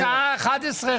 מאה אחוז.